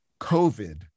COVID